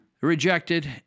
rejected